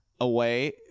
away